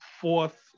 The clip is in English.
fourth